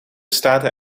staten